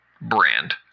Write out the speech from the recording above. brand